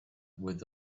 with